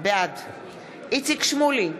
בעד איציק שמולי,